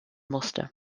musste